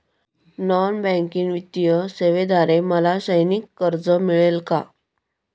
Non banking वित्तीय सेवेद्वारे मला शैक्षणिक कर्ज मिळेल का?